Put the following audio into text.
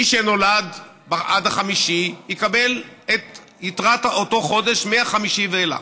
מי שנולד עד 5 בחודש יקבל את יתרת אותו חודש מ-5 ואילך,